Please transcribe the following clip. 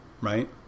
Right